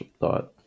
thought